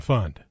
Fund